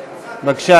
בבקשה,